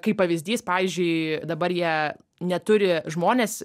kaip pavyzdys pavyzdžiui dabar jie neturi žmonės